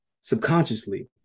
subconsciously